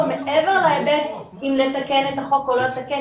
מעבר להיבט אם לתקן את החוק או לא לתקן,